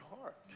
heart